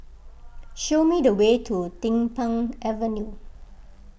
show me the way to Din Pang Avenue